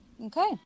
Okay